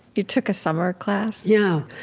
you took a summer class yeah,